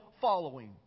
following